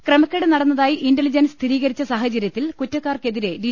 ക്രമക്കേട് നടന്നതായി ഇന്റലിജൻസ് സ്ഥിരീകരിച്ച സാഹചര്യത്തിൽ കുറ്റക്കാർക്കെതിരെ ഡി